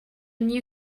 new